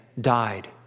died